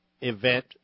event